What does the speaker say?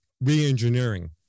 re-engineering